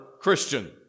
Christian